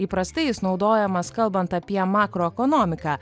įprastai jis naudojamas kalbant apie makroekonomiką